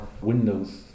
windows